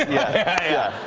yeah.